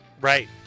right